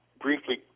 briefly